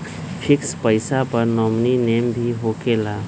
Fix पईसा पर nominee name भी होकेला?